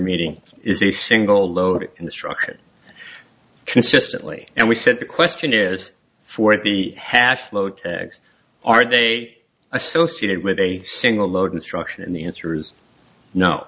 meeting is a single load instruction consistently and we said the question is for the hatch low tags are they associated with a single load instruction and the answer is no